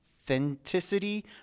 authenticity